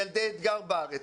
ילדי אתגר בארץ,